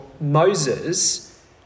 Moses